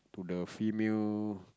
to the female